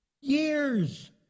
years